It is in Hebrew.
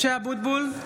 (קוראת בשמות חברי הכנסת) משה אבוטבול,